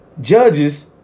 judges